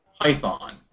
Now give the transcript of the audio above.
Python